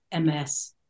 ms